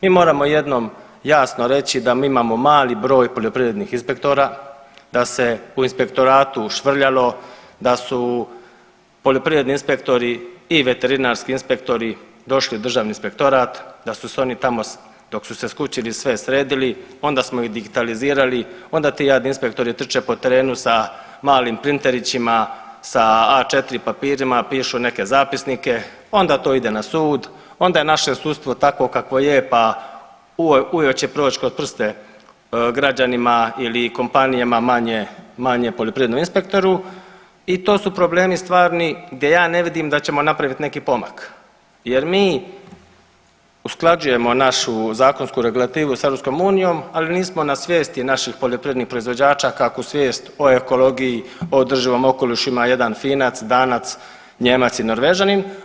Mi moramo jednom jasno reći da mi imamo mali broj poljoprivrednih inspektora, da se u inspektoratu švrljalo, da su poljoprivredni inspektori i veterinarski inspektori došli u Državni inspektorat, da su se oni tamo dok su se skućili sve sredili, onda smo ih digitalizirali, onda ti jadni inspektori trče po terenu sa malim printerićima, sa A4 papirima, pišu neke zapisnike, onda to ide na sud, onda naše sudstvo takvo kakvo je pa uvijek će proći kroz prste građanima ili kompanijama manje, manje poljoprivrednom inspektoru i to su problemi stvarni gdje ja ne vidim da ćemo napraviti neki pomak jer mi usklađujemo našu zakonsku regulativu sa EU, ali nismo na svijesti naših poljoprivrednih proizvođača kakvu svijest o ekologiji, o održivom okolišu ima jedan Finac, Danac, Nijemac i Norvežanin.